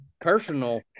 personal